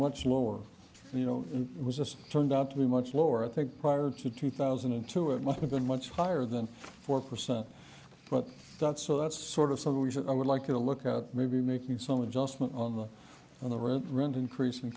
once lower you know it was just turned out to be much lower i think prior to two thousand and two it might have been much higher than four percent but that's so that's sort of solution i would like to look at maybe making some adjustment on the on the rent rent increas